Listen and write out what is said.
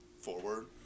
forward